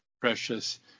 precious